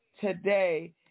today